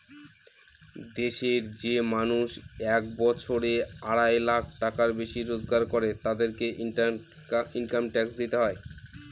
দেশের যে মানুষ এক বছরে আড়াই লাখ টাকার বেশি রোজগার করে, তাদেরকে ইনকাম ট্যাক্স দিতে হয়